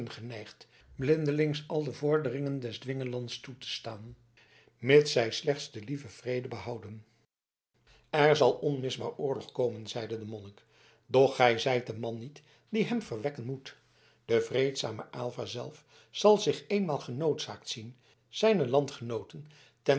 geneigd blindelings al de vorderingen des dwingelands toe te staan mits zij slechts den lieven vrede behouden er zal onmisbaar oorlog komen zeide de monnik doch gij zijt de man niet die hem verwekken moet de vreedzame aylva zelf zal zich eenmaal genoodzaakt zien zijne landgenooten